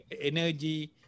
energy